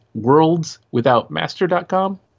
worldswithoutmaster.com